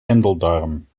endeldarm